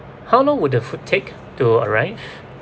how long would the food take to arrive